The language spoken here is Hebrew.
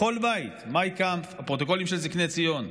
בכל בית "מיין קאמפף", והפרוטוקולים של זקני ציון.